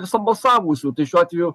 visa balsavusių šiuo atveju